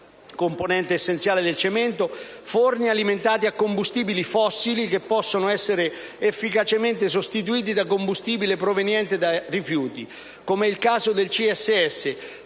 componente essenziale del cemento, forni alimentati da combustibili fossili che possono essere efficacemente sostituiti da combustibile proveniente da rifiuti. È il caso del CSS,